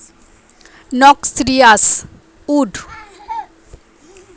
noxious weed এক ধরণের উদ্ভিদ যেটা জমির জন্যে ক্ষতিকারক